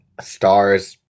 stars